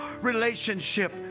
relationship